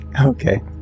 Okay